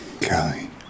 Kelly